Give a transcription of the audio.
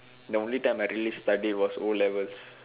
the only time I really study was O-levels